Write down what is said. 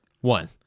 one